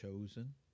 chosen